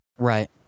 Right